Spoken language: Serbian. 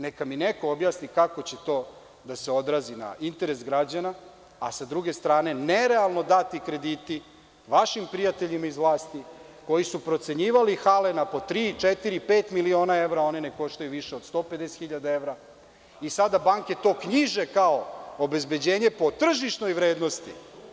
Neka mi neko objasni kako će to da se odrazi na interes građana, a sa druge strane nerealno dati krediti vašim prijateljima iz vlasti koji su procenjivali hale na po tri, četiri, pet miliona evra, one ne koštaju više od 150.000 evra i sada banke to knjiže kao obezbeđenje po tržišnoj vrednosti.